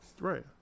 Right